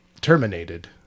terminated